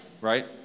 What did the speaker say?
right